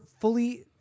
fully